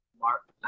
Mark